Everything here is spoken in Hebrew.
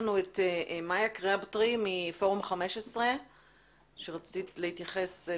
לנו את מאיה קרבטרי מפורום ה-15 שרצתה להתייחס.